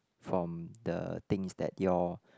from the things that your